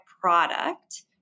product